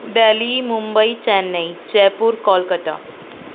Delhi Mumbai Chennai Jaipur Calcutta